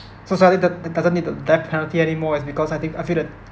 society do~ do~ doesn't need the death penalty anymore is because I think I feel that